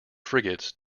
frigates